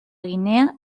guinea